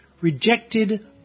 Rejected